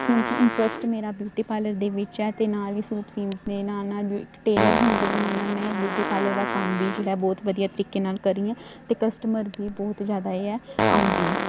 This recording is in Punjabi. ਕਿਉਂਕਿ ਇੰਟਰਸਟ ਮੇਰਾ ਬਿਊਟੀ ਪਾਰਲਰ ਦੇ ਵਿੱਚ ਆ ਅਤੇ ਨਾਲ ਵੀ ਸੂਟ ਸੀਣ ਦੇ ਨਾਲ ਨਾਲ ਵੀ ਟੇਲਰ ਹੋਣ ਦੇ ਨਾਲ ਨਾਲ ਮੈਂ ਬਿਊਟੀ ਪਾਰਲਰ ਦਾ ਕੰਮ ਵੀ ਜਿਹੜਾ ਬਹੁਤ ਵਧੀਆ ਤਰੀਕੇ ਨਾਲ ਕਰ ਰਹੀ ਹਾਂ ਅਤੇ ਕਸਟਮਰ ਵੀ ਬਹੁਤ ਜ਼ਿਆਦਾ ਇਹ ਹੈ ਆਉਂਦੇ ਆ